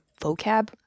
vocab